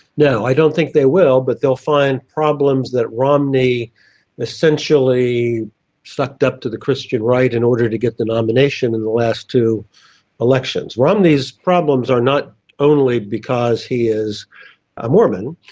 no. i don't think they will. but they'll find problems that romney essentially sucked up to the christian right in order to get the nomination in the last two elections. romney's problems are not only because he is a mormon.